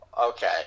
Okay